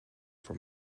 from